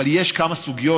אבל יש כמה סוגיות.